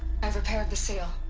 i've repaired the seal